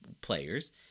players